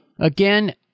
again